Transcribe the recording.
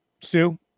Sue